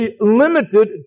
limited